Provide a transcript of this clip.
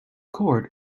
cord